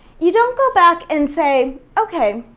you don't go back and say, okay,